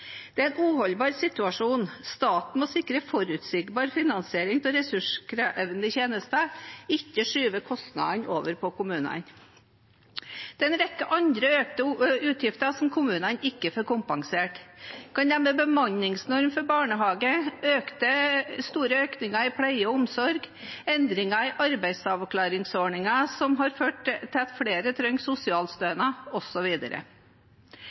Det er en uholdbar situasjon. Staten må sikre forutsigbar finansiering av ressurskrevende tjenester, ikke skyve kostnaden over på kommunene. Det er en rekke andre økte utgifter som kommunene ikke får kompensert. Jeg kan nevne bemanningsnorm for barnehage, store økninger i pleie og omsorg, endringen i arbeidsavklaringspengeordningen, som har ført til at flere trenger